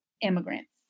immigrants